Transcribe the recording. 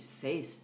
face